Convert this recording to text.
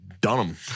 Dunham